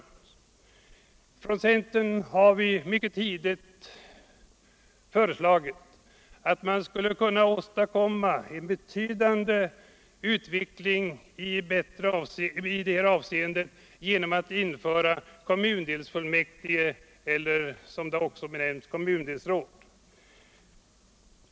Från centern har vi på ett mycket tidigt stadium framhållit att man skulle kunna åstadkomma en betydande förbättring i det här avseendet genom att införa kommundelsfullmäktige eller, som de också benämns, kommundelsråd.